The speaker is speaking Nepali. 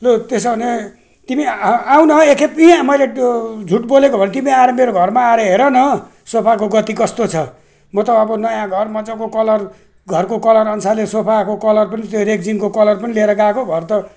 लु त्यसो हो भने तिमी आउन हौ एकखेप यहीँ मैले यो झुट बोलेको भने तिमी आएर मेरो घरमा आएर हेर न सोफाको गति कस्तो छ म त अब नयाँ घर मजाको कलर घरको कलर अनुसारले सोफाको कलर पनि रेक्सिनको कलर पनि लिएर गएको भरे त